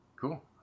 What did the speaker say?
Cool